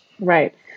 Right